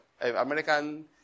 American